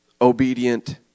obedient